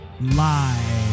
live